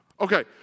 Okay